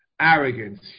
arrogance